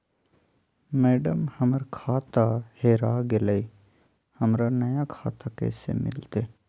madam, हमर खाता हेरा गेलई, हमरा नया खाता कैसे मिलते